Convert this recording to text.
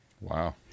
Wow